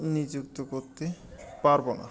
নিযুক্ত করতে পারব না